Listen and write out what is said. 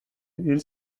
hil